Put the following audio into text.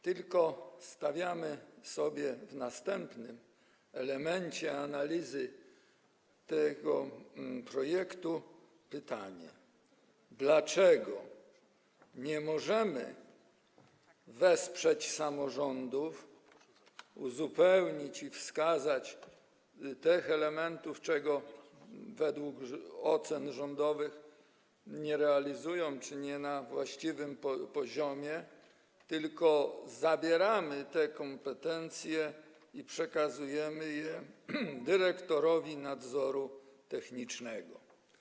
Tylko stawiamy sobie na następnym etapie analizy tego projektu pytanie, dlaczego nie możemy wesprzeć samorządów, uzupełnić tego i wskazać tych elementów, których według ocen rządowych one nie realizują czy realizują na niewłaściwym poziomie, tylko zabieramy te kompetencje i przekazujemy je dyrektorowi nadzoru technicznego.